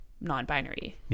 Non-binary